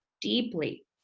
deeply